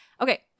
Okay